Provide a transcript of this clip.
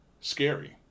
scary